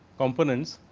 components.